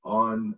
on